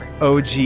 OG